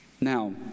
now